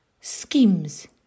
schemes